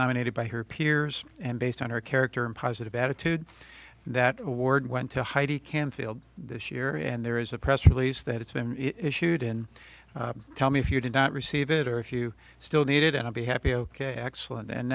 nominated by her peers and based on her character and positive attitude that ward went to heidi camfield this year and there is a press release that it's been issued in tell me if you did not receive it or if you still need it and i'll be happy oh ok excellent and